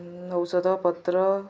ଔଷଧ ପତ୍ର